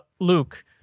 Luke